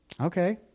Okay